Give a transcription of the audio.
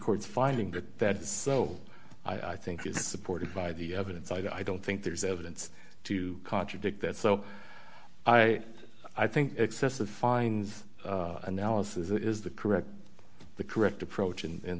courts finding that that is so i think it's supported by the evidence i don't think there's evidence to contradict that so i i think excessive fines analysis is the correct the correct approach in